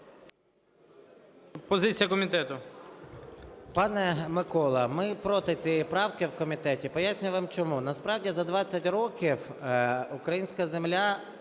Позиція комітету.